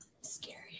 Scary